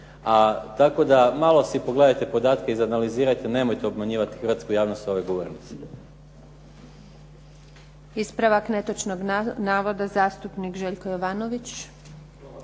Tako da malo si pogledajte podatke, izanalizirajte, nemojte obmanjivati hrvatsku javnost s ove govornice. **Antunović, Željka (SDP)** Ispravak netočnog navoda. Zastupnik Željko Jovanović.